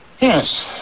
Yes